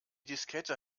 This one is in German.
diskette